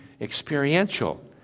experiential